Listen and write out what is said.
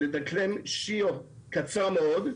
לדקלם שיר קצר מאוד,